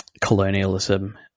colonialism